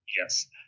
Yes